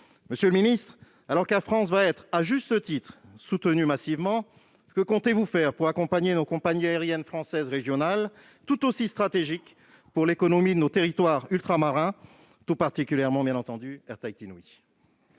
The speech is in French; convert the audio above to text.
Monsieur le ministre, alors qu'Air France va être, à juste titre, soutenue massivement, que comptez-vous faire pour accompagner nos compagnies aériennes françaises régionales, tout aussi stratégiques pour l'économie de nos territoires ultramarins, en particulier Air Tahiti Nui ?